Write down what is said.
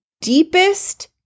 deepest